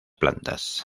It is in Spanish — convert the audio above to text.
plantas